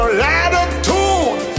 latitude